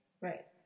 right